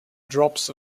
drops